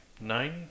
Nine